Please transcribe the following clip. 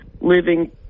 living